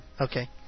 Okay